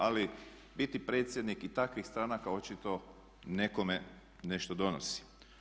Ali biti predsjednik i takvih stranaka očito nekome nešto donosi.